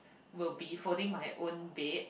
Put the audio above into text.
will be folding my own bed